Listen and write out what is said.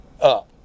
up